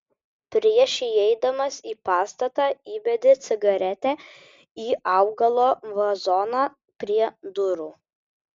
prieš įeidamas į pastatą įbedė cigaretę į augalo vazoną prie durų